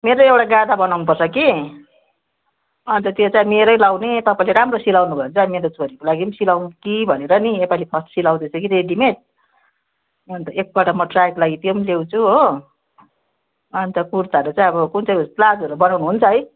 मेरो एउटा गादा बनाउनुपर्छ कि अन्त त्यो चाहिँ मेरै लाउने तपाईँले राम्रो सिलाउनु भयो भने चाहिँ मेरो छोरीको लागि पनि सिलाउँ कि भनेर नि योपालि फर्स्ट सिलाउँदैछ कि रेडीमेड अन्त एकपल्ट म ट्राईको लागि त्यो पनि ल्याउँछु हो अन्त कुर्ताहरू चाहिँ अब कुन चाहिँ प्लाजोहरू बनाउनु हुन्छ है